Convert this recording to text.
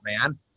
man